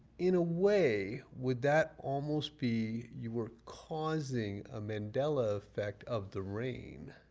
in a way would that almost be you were causing a mandela effect of the rain?